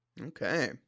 Okay